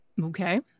okay